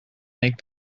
make